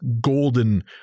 golden